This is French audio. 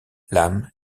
l’âme